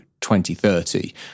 2030